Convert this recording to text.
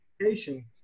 education